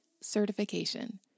certification